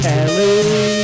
Kelly